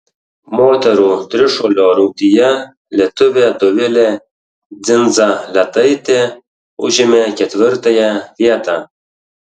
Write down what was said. moterų trišuolio rungtyje lietuvė dovilė dzindzaletaitė užėmė ketvirtąją vietą